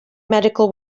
medical